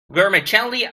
vermicelli